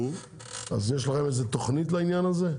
יש לכם תכנית לדבר הזה?